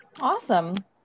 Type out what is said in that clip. Awesome